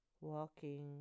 Walking